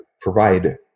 provide